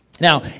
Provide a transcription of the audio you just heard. Now